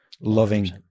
loving